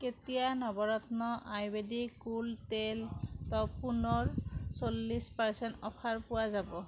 কেতিয়া Navratna ayurvedic cool টেল্কত পুনৰ চল্লিছ শতাংশ অফাৰ পোৱা যাব